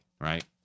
right